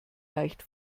leicht